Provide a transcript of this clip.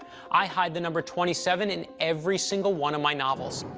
i hide the number twenty seven in every single one of my novels.